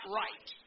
right